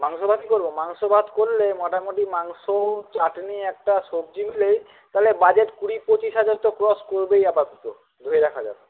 মাংস ভাত করব মাংস ভাত করলে মোটামুটি মাংস চাটনি একটা সবজি মিলেই তাহলে বাজেট কুড়ি পঁচিশ হাজার তো ক্রস করবেই আপাতত ধরে রাখা যাক